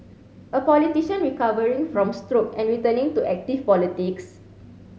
a politician recovering from stroke and returning to active politics